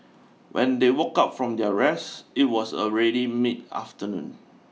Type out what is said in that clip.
when they woke up from their rest it was already mid afternoon